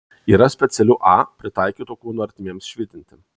yra specialių a pritaikytų kūno ertmėms švitinti